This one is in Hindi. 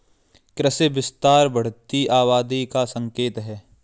कृषि विस्तार बढ़ती आबादी का संकेत हैं